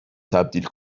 تبدیل